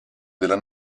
della